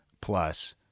plus